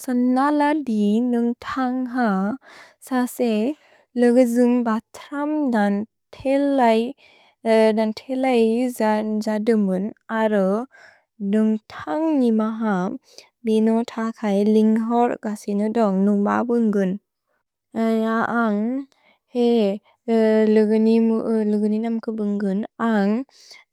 स नलदि नुन्ग् थन्ग् हा, ससे लोगे जुन्ग् बत्रम् दन् तेलै, दन् तेलै जदुमुन् अरो नुन्ग् थन्ग् निम हा, बिनो त खै लिन्घोर् कसि नुदोन्ग् नुन्ग् ब बुन्गुन्। अय अन्ग् हे लोगुनिनम् कुबुन्गुन् अन्ग्